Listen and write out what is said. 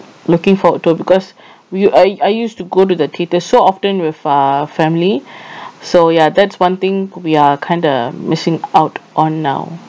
looking forward too because we I I used to go to the theatre so often with uh family so ya that's one thing we are kind of missing out on now